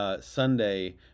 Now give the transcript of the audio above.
Sunday